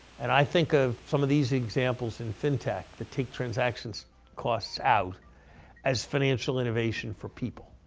and i think of some of these examples in fintech that take transactions costs out as financial innovation for people,